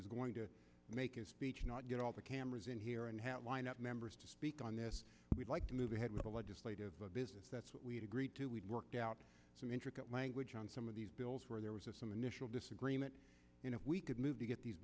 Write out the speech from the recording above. was going to make his speech not get all the cameras in here and have lined up members to speak on this we'd like to move ahead with the legislative business that's what we had agreed to we worked out some intricate language on some of these bills where there was some initial disagreement and if we could move to get these